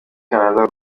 canada